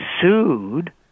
sued